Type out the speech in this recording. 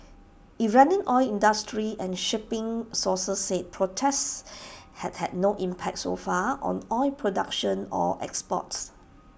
Iranian oil industry and shipping sources said protests had had no impact so far on oil production or exports